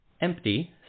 Empty